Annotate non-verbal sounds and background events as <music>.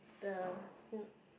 the <noise>